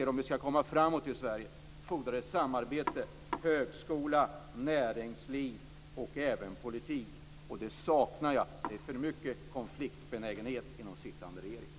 Om vi skall komma framåt i Sverige inser jag att det fordras samarbete mellan högskola, näringsliv och politik. Ett sådant samarbete saknar jag. Det är för mycket konfliktbenägenhet inom den sittande regeringen.